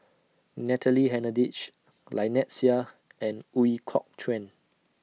Natalie Hennedige Lynnette Seah and Ooi Kok Chuen